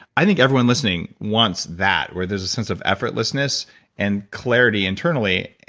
i think everyone listening wants that where there's a sense of effortlessness and clarity internally.